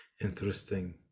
Interesting